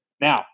Now